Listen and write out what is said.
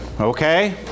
okay